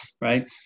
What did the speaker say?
right